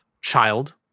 child